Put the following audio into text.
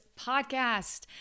podcast